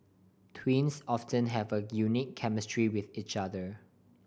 twins often have a unique chemistry with each other